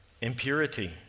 impurity